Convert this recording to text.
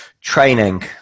Training